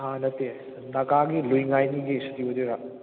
ꯑꯥ ꯅꯠꯇꯦ ꯅꯥꯒꯥꯒꯤ ꯂꯨꯏ ꯉꯥꯏꯅꯤꯒꯤ ꯁꯨꯇꯤ ꯑꯣꯏꯗꯣꯏꯔꯥ